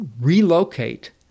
relocate